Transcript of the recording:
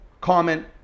comment